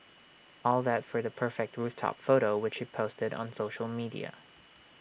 all that for the perfect rooftop photo which she posted on social media